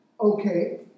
Okay